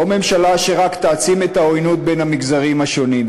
או ממשלה שרק תעצים את העוינות בין המגזרים השונים?